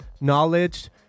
knowledge